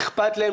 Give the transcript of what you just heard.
אכפת להם,